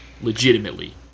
legitimately